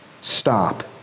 stop